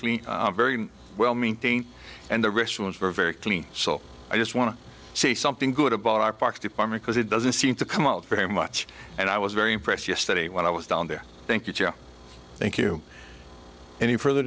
clean very well maintained and the restrooms were very clean so i just want to say something good about our parks department because it doesn't seem to come out very much and i was very impressed yesterday when i was down there thank you thank you any further